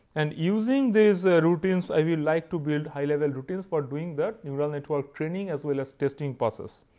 and using these routines, i will like to build high level routines for doing that neural network training as well as testing processes.